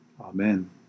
Amen